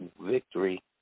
victory